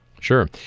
Sure